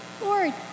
Lord